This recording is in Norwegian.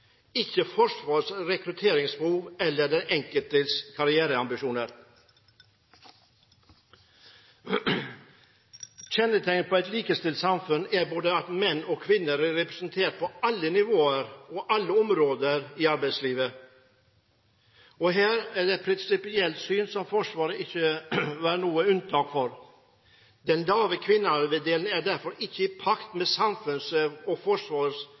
ikke Forsvarets rekrutteringsbehov eller den enkeltes karriereambisjoner. Kjennetegnet på et likestilt samfunn er at både menn og kvinner er representert på alle nivåer og alle områder i arbeidslivet. Her er det et prinsipielt syn Forsvaret ikke bør være noe unntak fra. Den lave kvinneandelen er derfor ikke i pakt med